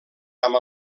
amb